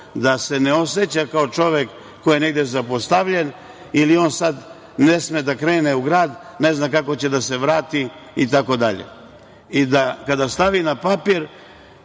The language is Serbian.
da se ne oseća kao čovek koji je negde zapostavljen ili on sad ne sme da krene u grad, ne zna kako će da se vrati itd, i kada stavi na papir,